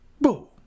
Boo